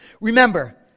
remember